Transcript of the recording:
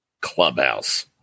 Clubhouse